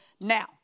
now